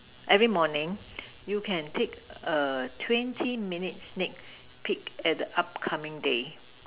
every morning you can take a twenty minutes next peek and up coming day